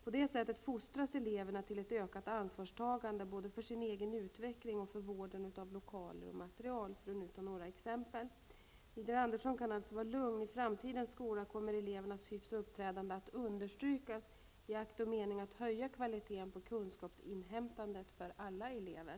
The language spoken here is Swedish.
På det sättet fostras eleverna till ett ökat ansvarstagande både för sin egen utveckling och för vården av lokaler och material för att ta några exempel. Widar Andersson kan alltså vara lugn. I framtidens skola kommer elevernas hyfs och uppträdande att understrykas i akt och mening att höja kvaliteten på kunskapsinhämtandet för alla elever.